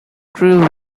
crew